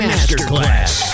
Masterclass